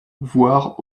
voire